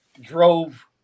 drove